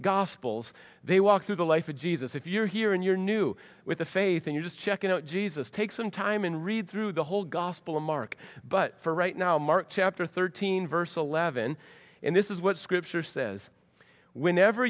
gospels they walk through the life of jesus if you're here and your new with the faith and you just check in jesus take some time and read through the whole gospel of mark but for right now mark chapter thirteen versus eleven and this is what scripture says when ever